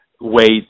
wait